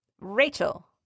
Rachel